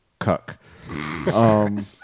Cuck